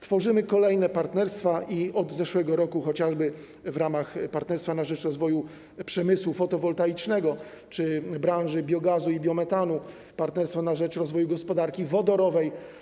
Tworzymy kolejne partnerstwa i od zeszłego roku, chociażby w ramach partnerstwa na rzecz rozwoju przemysłu fotowoltaicznego czy branży biogazu i biometanu, partnerstwa na rzecz rozwoju gospodarki wodorowej.